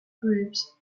groups